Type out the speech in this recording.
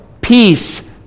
peace